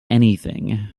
anything